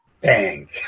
bang